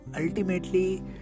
ultimately